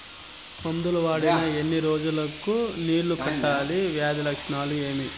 మందులు వాడిన ఎన్ని రోజులు కు నీళ్ళు కట్టాలి, వ్యాధి లక్షణాలు ఏమి?